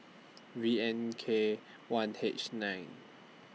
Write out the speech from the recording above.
V N K one H nine